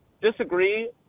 disagree